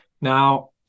Now